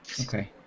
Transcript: Okay